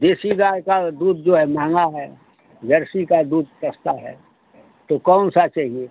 देसी गाय का दूध जो है महंगा है जर्सी का दूध सस्ता है तो कौन सा चाहिए